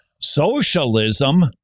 socialism